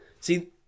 See